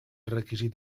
requisit